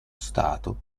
stato